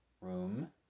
room